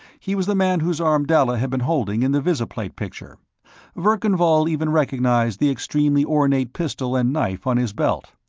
he was the man whose arm dalla had been holding in the visiplate picture verkan vall even recognized the extremely ornate pistol and knife on his belt.